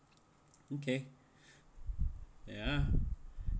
okay ya